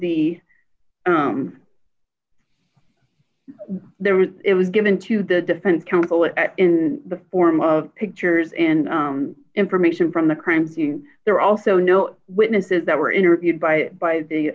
the there was it was given to the defense counsel it in the form of pictures and information from the crime scene there also no witnesses that were interviewed by by the